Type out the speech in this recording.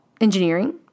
engineering